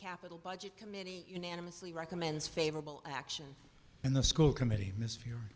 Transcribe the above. capital budget committee unanimously recommends favorable action in the school committee missed your